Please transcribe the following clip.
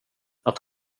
att